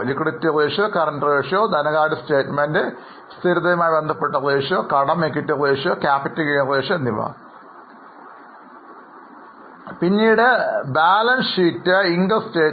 liquidity ratio current ratio ധനകാര്യ statement സ്ഥിരതയുമായി ബന്ധപ്പെട്ട റേഷ്യോ കടം ഇക്വിറ്റി അഥവാ ക്യാപിറ്റൽ ഗിയറിംഗ് Ratioഎന്നിവ ബാലൻസ് ഷീറ്റ് ഉപയോഗിച്ചു മനസ്സിലാക്കി